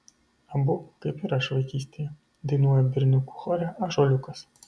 abu kaip ir aš vaikystėje dainuoja berniukų chore ąžuoliukas